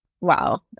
Wow